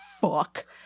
Fuck